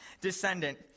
descendant